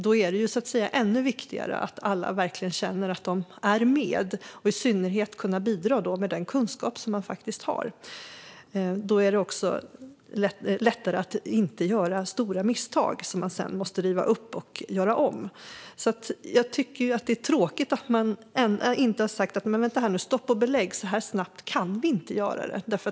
Då är det ännu viktigare att alla känner att de är med och att de kan bidra med den kunskap som de har. Då är det också lättare att inte göra stora misstag så att man sedan måste riva upp och göra om. Jag tycker att det är tråkigt att man inte har sagt: Stopp och belägg - så här snabbt kan vi inte göra det!